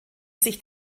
sich